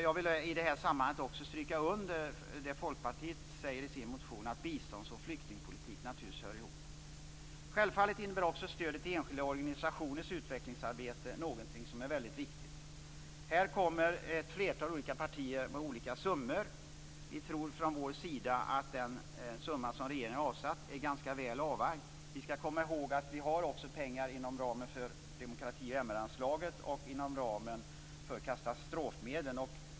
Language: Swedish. Jag vill i det här sammanhanget stryka under det Folkpartiet säger i sin motion, nämligen att bistånds och flyktingpolitik naturligtvis hör ihop. Självfallet är stödet till de enskilda organisationernas utvecklingsarbete något som är viktigt. Här föreslår ett flertal olika partier olika summor. Vi tror från vår sida att den summa som regeringen har avsatt är väl avvägd. Vi har pengar inom ramen för demokrati och MR-anslaget och inom ramen för katastrofmedel.